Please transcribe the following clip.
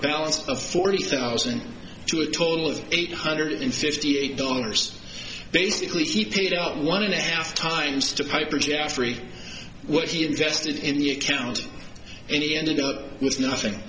balance of forty thousand to a total of eight hundred fifty eight dollars basically he paid out one and a half times to piper jaffrey what he invested in the account and he ended up with nothing